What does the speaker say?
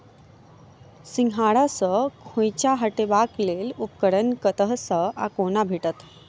सिंघाड़ा सऽ खोइंचा हटेबाक लेल उपकरण कतह सऽ आ कोना भेटत?